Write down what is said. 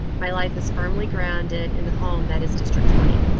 my life is firmly grounded in the home that is district twenty.